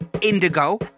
indigo